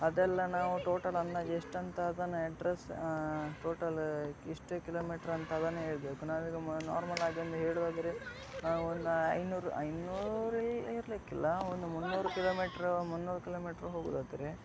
ಅದೆಲ್ಲ ನಾವು ಟೋಟಲ್ ಅಂದಾಜು ಎಷ್ಟಂತ ಅದನ್ನು ಎಡ್ರೆಸ್ ಟೋಟಲ್ ಎಷ್ಟು ಕಿಲೋಮೀಟ್ರಂತ ಅದನ್ನ ಹೇಳಬೇಕು ನಾವೀಗ ನಾರ್ಮಲ್ ಆಗಿ ಒಂದು ಹೇಳೋದಾದ್ರೆ ನಾವು ನಾನು ಐನೂರು ಐನೂರು ಇರಲಿಕ್ಕಿಲ್ಲ ಒಂದು ಮುನ್ನೂರು ಕಿಲೋಮೀಟ್ರ್ ಮುನ್ನೂರು ಕಿಲೋಮೀಟ್ರ್ ಹೋಗುವುದಾದ್ರೆ